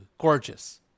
Gorgeous